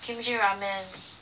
kimchi ramen